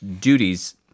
duties